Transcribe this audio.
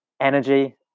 energy